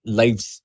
lives